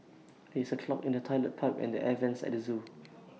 there is A clog in the Toilet Pipe and the air Vents at the Zoo